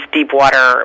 Deepwater